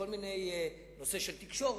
בנושא של תקשורת,